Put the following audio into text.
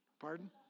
pardon